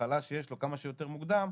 שיש לאדם כמה שיותר מוקדם,